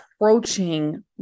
approaching